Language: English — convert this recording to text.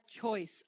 choice